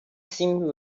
seemed